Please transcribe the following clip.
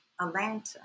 Atlanta